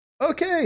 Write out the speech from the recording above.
Okay